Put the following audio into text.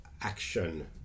action